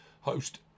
host